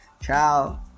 Ciao